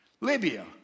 Libya